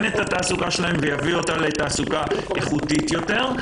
את התעסוקה שלהן ויביא אותה לתעסוקה איכותית יותר.